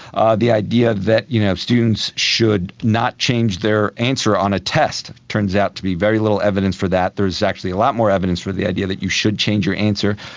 ah the idea that you know students should not change their answer on a test. there turns out to be very little evidence for that. there is actually a lot more evidence for the idea that you should change your answer.